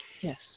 Yes